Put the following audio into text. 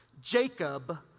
Jacob